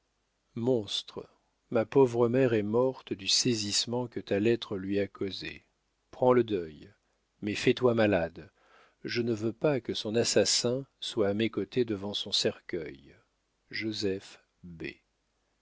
monstre ma pauvre mère est morte du saisissement que ta lettre lui a causé prends le deuil mais fais-toi malade je ne veux pas que son assassin soit à mes côtés devant son cercueil joseph b